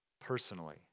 Personally